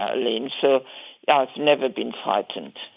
ah lynne, so yeah i've never been frightened.